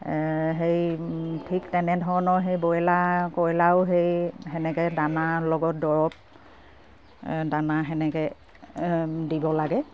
সেই ঠিক তেনেধৰণৰ সেই ব্ৰইলাৰ কইলাৰো সেই সেনেকে দানাৰ লগত দৰৱ দানা সেনেকে দিব লাগে